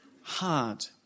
hard